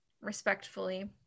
respectfully